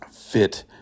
fit